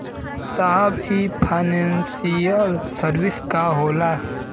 साहब इ financial service का होला?